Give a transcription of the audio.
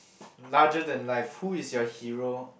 larger than life who is your hero